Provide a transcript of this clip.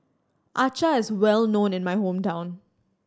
acar is well known in my hometown